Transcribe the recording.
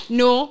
no